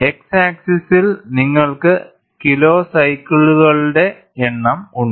X ആക്സിസ്സിൽ നിങ്ങൾക്ക് കിലോസൈക്കിളുകളുടെ എണ്ണം ഉണ്ട്